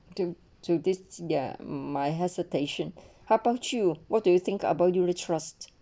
to to this there my hesitation how about you what do you think about unit trust